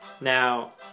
Now